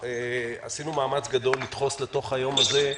עשינו מאמץ גדול לדחוס לתוך היום הזה,